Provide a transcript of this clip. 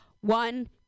One